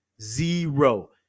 zero